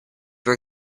were